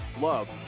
love